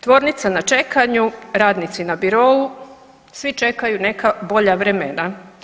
Tvornica na čekanju, radnici na birou, svi čekaju neka bolja vremena.